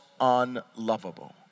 unlovable